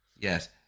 Yes